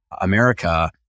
America